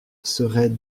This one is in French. serait